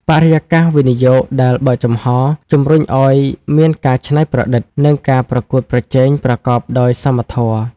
បរិយាកាសវិនិយោគដែលបើកចំហ ជំរុញឱ្យមានការច្នៃប្រឌិត និងការប្រកួតប្រជែងប្រកបដោយសមធម៌។